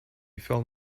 filled